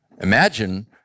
imagine